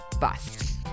Bust